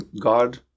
God